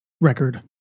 record